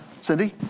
Cindy